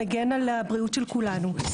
שמגן על הבריאות של כולנו.